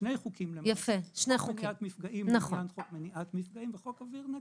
שני חוקים, חוק מניעת מפגעים וחוק אוויר נקי.